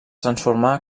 transformà